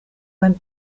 went